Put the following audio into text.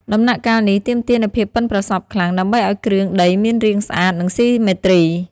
ដំណាក់កាលនេះទាមទារនូវភាពប៉ិនប្រសប់ខ្លាំង ដើម្បីឲ្យគ្រឿងដីមានរាងស្អាតនិងស៊ីមេទ្រី។